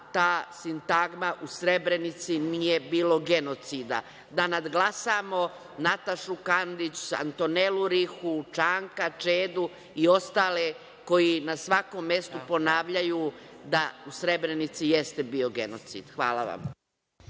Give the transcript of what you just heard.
ta sintagma - u Srebrenici nije bilo genocida. Da nadglasamo Natašu Kandić, Antonelu Rihu, Čanka, Čedu i ostale koji na svakom mestu ponavljaju da u Srebrenici jeste bio genocid. Hvala vam.